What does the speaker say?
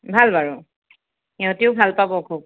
ভাল বাৰু সিহঁতেও ভাল পাব খুব